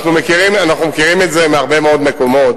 אנחנו מכירים את זה מהרבה מאוד מקומות.